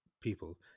people